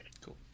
cool